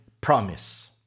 promise